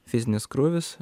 fizinis krūvis